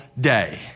day